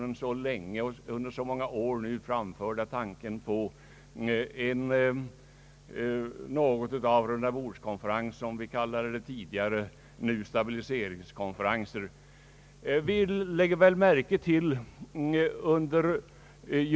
den ekonomiska politiken, m.m. så länge och under så många år framförda tanken på rundabordskonferenser, som vi kallade det för tidigare — nu talas det om stabiliseringskonferenser.